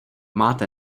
máte